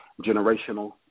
generational